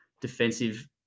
defensive